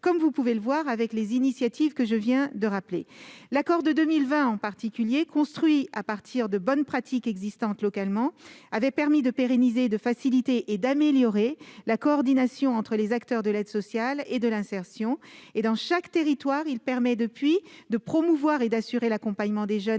ce vote, comme en attestent les initiatives que je viens de rappeler. L'accord de 2020, en particulier, construit à partir de bonnes pratiques existantes localement, avait permis de faciliter, d'améliorer et de pérenniser la coordination entre les acteurs de l'aide sociale et de l'insertion. Dans chaque territoire, il permet depuis de promouvoir et d'assurer l'accompagnement des jeunes